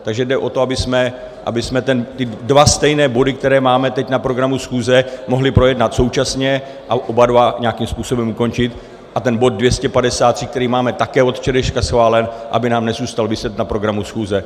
Takže jde o to, abychom ty dva stejné body, které máme teď na programu schůze, mohli projednat současně a oba dva nějakým způsobem ukončit a ten bod 253, který máme také od včerejška schválen, aby nám nezůstal viset na programu schůze.